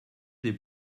des